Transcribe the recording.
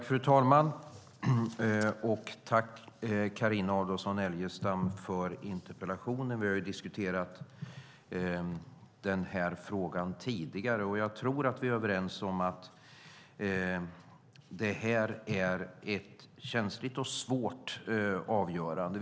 Fru talman! Jag tackar Carina Adolfsson Elgestam för interpellationen. Vi har diskuterat frågan tidigare, och jag tror att vi är överens om att det här är fråga om ett känsligt och svårt avgörande.